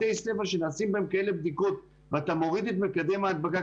בתי ספר שנעשים בהם כאלה בדיקות ואתה מוריד את מקדם ההדבקה,